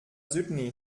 sydney